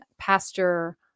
pastor